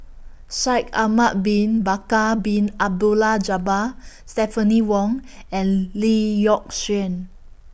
Shaikh Ahmad Bin Bakar Bin Abdullah Jabbar Stephanie Wong and Lee Yock Suan